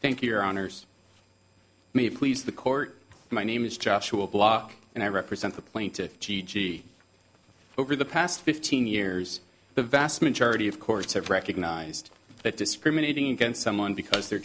thank you your honors me please the court my name is joshua block and i represent the plaintiffs g g over the past fifteen years the vast majority of courts have recognized that discriminating against someone because they're